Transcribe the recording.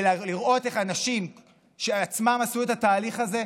ולראות איך אנשים שבעצמם עשו את התהליך הזה,